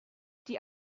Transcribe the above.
die